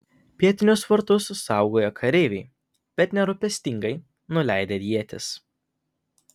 pietinius vartus saugojo kareiviai bet nerūpestingai nuleidę ietis